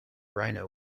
rhino